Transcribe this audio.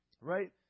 Right